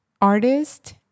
artist